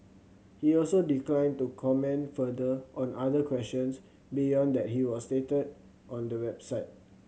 he also declined to comment further on other questions beyond that he was stated on the website